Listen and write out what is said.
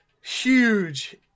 huge